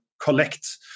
collect